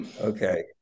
okay